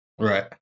Right